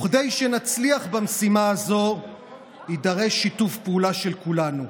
כדי שנצליח במשימה הזאת יידרש שיתוף פעולה של כולנו,